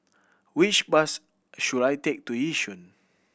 which bus should I take to Yishun